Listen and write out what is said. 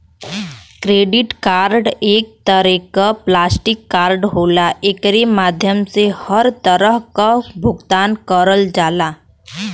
credit card एक तरे क प्लास्टिक कार्ड होला एकरे माध्यम से हर तरह क भुगतान करल जाला